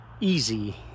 easy